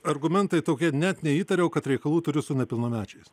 argumentai tokie net neįtariau kad reikalų turiu su nepilnamečiais